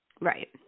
Right